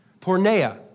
Porneia